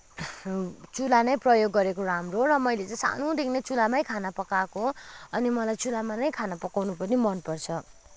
चुलो नै प्रयोग गरेको राम्रो र मैले चाहिँ सानैदेखि चुल्हामै खाना पकाएको अनि मलाई चुल्हामा नै खान पकाउनु पनि मन पर्छ